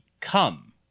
come